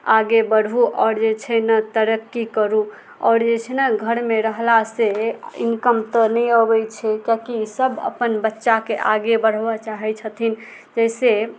आगे बढ़ू आओर जे छै ने तरक्की करू आओर जे छै ने घरमे रहला से इनकम तऽ नहि अबै छै किएकि सब अपन बच्चाके आगे बढ़बऽ चाहै छथिन जैसे